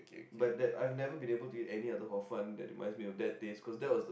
but that I've never been able to eat any other Hor-Fun that reminds me of that taste because that's was the